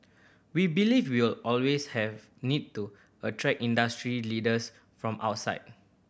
we believe we'll always have need to attract industry leaders from outside